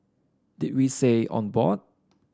did we say on board